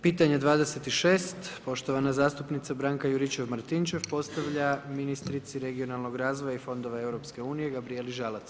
Pitanje 26., poštovana zastupnica Branka Juričev-Martinčev, postavlja ministrici regionalnog razvoja i fondova EU Gabrijeli Žalac.